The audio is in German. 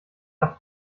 doch